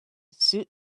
suit